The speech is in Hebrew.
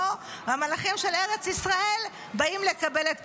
והמלאכים של ארץ ישראל באים לקבל את פניו.